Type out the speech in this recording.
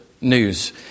news